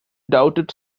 doubted